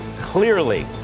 clearly